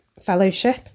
Fellowship